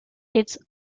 its